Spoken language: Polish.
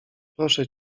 proszę